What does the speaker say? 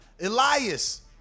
Elias